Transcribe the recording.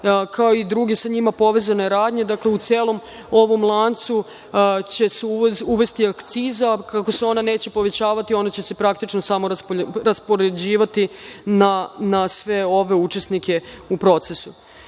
kao i druge sa njima povezane radnje. Dakle, u celom ovom lancu će se uvesti akciza. Ona se neće povećavati, već će se samo raspoređivati na sve ove učesnike u procesu. Predlaže